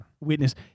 witness